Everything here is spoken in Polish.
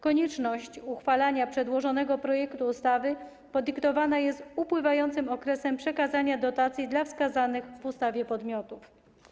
Konieczność uchwalenia przedłożonego projektu ustawy podyktowana jest upływającym okresem przekazania dotacji dla wskazanych w ustawie podmiotów.